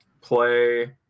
play